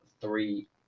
three